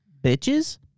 Bitches